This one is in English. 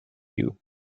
you